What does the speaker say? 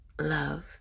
love